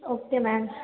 okay ma'am